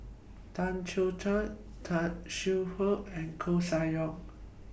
Tan Chong Tee Tan Shaw Her and Koeh Sia Yong